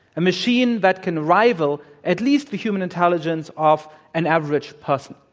a machine that can rival at least the human intelligence of an average person.